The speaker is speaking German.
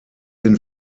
den